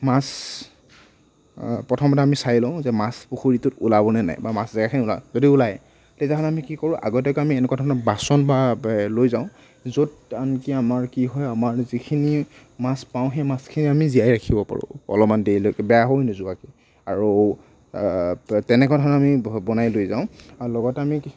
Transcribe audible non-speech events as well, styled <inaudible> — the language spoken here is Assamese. মাছ প্ৰথমতে আমি চাই লওঁ যে মাছ পুখুৰীটোত ওলাব নে নাই বা মাছ <unintelligible> ওলায় যদি ওলায় তেতিয়াহ'লে আমি কি কৰোঁ আগতীয়াকৈ আমি এনেকুৱা ধৰণৰ বাচন বা লৈ যাওঁ য'ত আনকি আমাৰ কি হয় আমাৰ যিখিনি মাছ পাওঁ সেই মাছখিনি আমি জীয়াই ৰাখিব পাৰোঁ অলপমান দেৰিলৈকে বেয়া হৈ নোযোৱাকৈ আৰু তেনেকুৱা ধৰণৰ আমি বনাই লৈ যাওঁ আৰু লগতে আমি